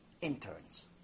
Interns